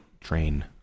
train